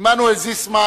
עמנואל זיסמן